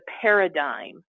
paradigm